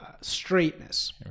straightness